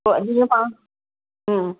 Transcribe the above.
पोइ अॼु ईअं हाणि